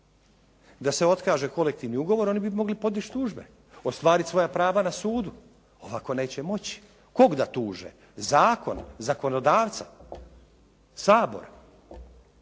Da se otkaže kolektivni ugovor oni bi mogli podić tužbe, ostvarit svoja prava na sudu. Ovako neće moći. Kog da tuže? Zakon, zakonodavca, Sabor.